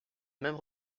même